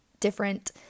different